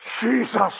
Jesus